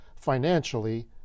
financially